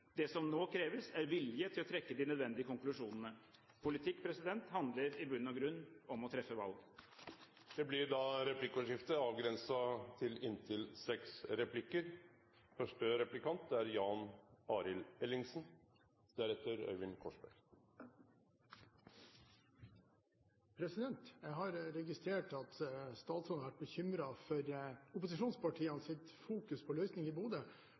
Det som nå kreves, er vilje til å trekke de nødvendige konklusjonene. Politikk handler i bunn og grunn om å treffe valg. Det blir replikkordskifte, begrenset til inntil seks replikker. Jeg har registrert at statsråden har vært bekymret for opposisjonspartienes fokus på løsning i Bodø,